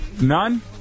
None